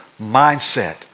mindset